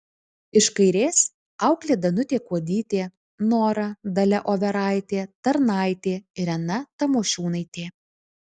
iš kairės auklė danutė kuodytė nora dalia overaitė tarnaitė irena tamošiūnaitė